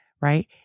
right